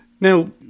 Now